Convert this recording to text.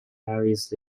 various